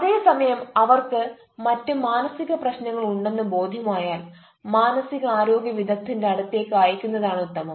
അതേസമയം അവർക്ക് മറ്റ് മാനസിക പ്രശ്നങ്ങൾ ഉണ്ടെന്ന് ബോധ്യമായാൽ മാനസിക ആരോഗ്യ വിദഗ്ധന്റെ അടുത്തേക്ക് അയക്കുന്നത് ആണ് ഉത്തമം